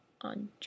on